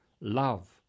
love